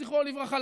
זכרו לברכה,